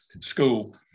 School